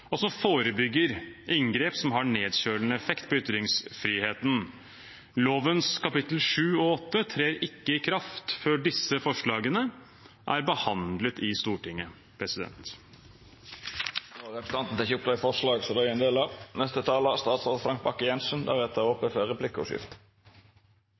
forebygger inngrep som har nedkjølende effekt på ytringsfriheten. Lovens kapittel 7 og 8 trer ikke i kraft før disse forslagene er behandlet i Stortinget.» Jeg tar opp Rødts forslag. Representanten Bjørnar Moxnes har teke opp det forslaget han refererte. Jeg er